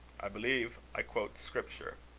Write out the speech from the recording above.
i believe i quote scripture.